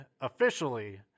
officially